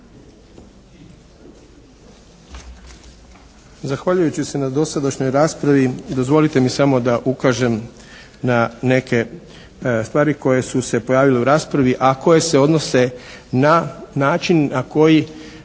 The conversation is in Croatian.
Zahvaljujući se na dosadašnjoj raspravi, dozvolite mi samo da ukažem na neke stvari koje su se pojavile u raspravi, a koje se odnose na način na koji